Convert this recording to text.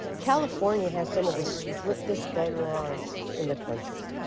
california has some of the strictest gun laws in the country.